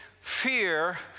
fear